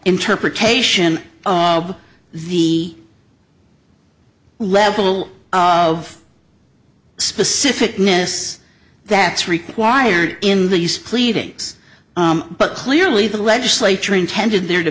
interpretation of the level of specificness that's required in these pleadings but clearly the legislature intended there to